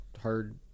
hard